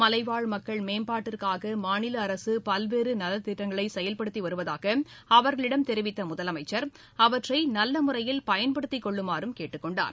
மலைவாழ் மக்கள் மேம்பாட்டிற்காக மாநில அரசு பல்வேறு நலத்திட்டங்களை செயல்படுத்தி வருவதாக அவர்களிடம் தெரிவித்த முதலமைச்சர் அவற்றை நல்ல முறையில் பயன்படுத்திக் கொள்ளுமாறும் கேட்டுக் கொண்டார்